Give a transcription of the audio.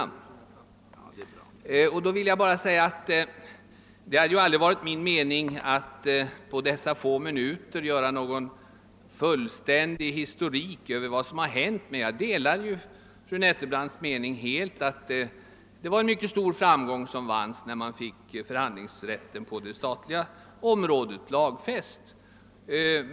Med anledning därav vill jag bara säga, att det aldrig har varit min mening att på dessa få minuter lämna någon fullständig historik om vad som har hänt. Men jag delar fullständigt fru Nettelbrandts mening om att det var en mycket stor framgång som vanns, då man fick förhandlingsrätten på det statliga området lagfäst.